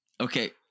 Okay